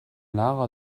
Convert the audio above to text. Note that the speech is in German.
lara